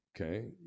okay